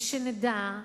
ושנדע,